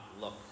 look